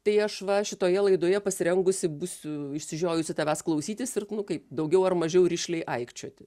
tai aš va šitoje laidoje pasirengusi būsiu išsižiojusi tavęs klausytis ir nu kaip daugiau ar mažiau rišliai aikčioti